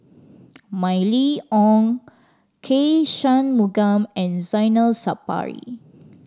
Mylene Ong K Shanmugam and Zainal Sapari